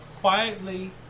quietly